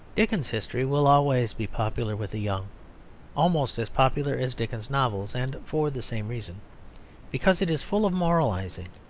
dickens's history will always be popular with the young almost as popular as dickens's novels, and for the same reason because it is full of moralising.